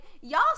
y'all